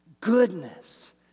goodness